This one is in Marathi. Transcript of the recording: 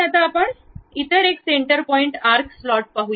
आता आपण इतर एक सेंटर पॉईंट आर्क स्लॉट पाहू